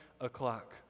o'clock